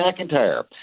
McIntyre